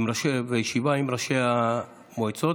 בישיבה עם ראשי המועצות,